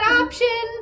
option